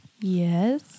Yes